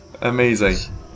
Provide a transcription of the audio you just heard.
Amazing